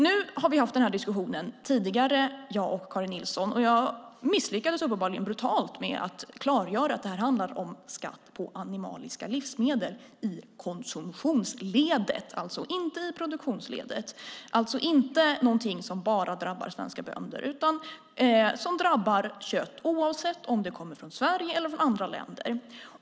Vi har haft den här diskussionen tidigare, jag och Karin Nilsson, och jag har uppenbarligen misslyckats brutalt med att klargöra att det handlar om skatt på animaliska livsmedel i konsumtionsledet, alltså inte i produktionsledet. Det är inte någonting som bara drabbar svenska bönder, utan det drabbar kött oavsett om det kommer från Sverige eller från andra länder.